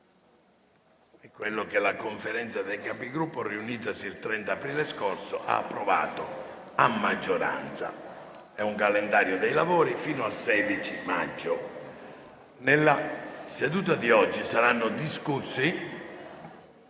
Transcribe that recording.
Colleghi, la Conferenza dei Capigruppo, riunitasi il 30 aprile scorso, ha approvato a maggioranza il calendario dei lavori fino al 16 maggio. Nella seduta di oggi saranno discussi